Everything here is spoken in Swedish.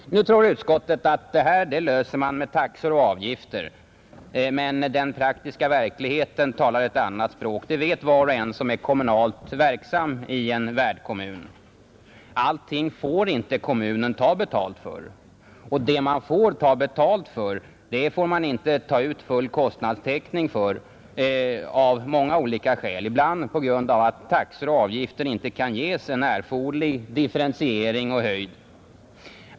Nu tror utskottet att det här problemet löser man med taxor och avgifter. Men den praktiska verkligheten talar ett annat språk, det vet var och en som är kommunalt verksam i en värdkommun. Allting får inte kommunen ta betalt för, och det man får ta betalt för, det får man inte ta ut full kostnadstäckning för av många olika skäl, ibland på grund av att taxor och avgifter inte kan ges en erforderlig differentiering och höjd.